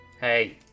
Hey